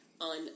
on